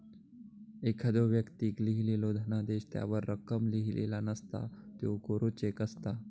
एखाद्दो व्यक्तीक लिहिलेलो धनादेश त्यावर रक्कम लिहिलेला नसता, त्यो कोरो चेक असता